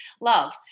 Love